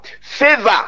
favor